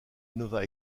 nova